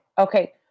Okay